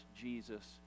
Jesus